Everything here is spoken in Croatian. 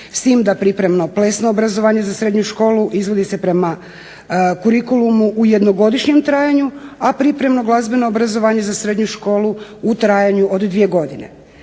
s tim da pripremno plesno obrazovanje za srednju školu izvodi se prema kurikulumu u jednogodišnjem trajanju, a pripremno glazbeno obrazovanje za srednju školu u trajanju od dvije godine.